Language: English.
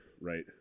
right